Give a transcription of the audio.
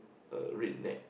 a red neck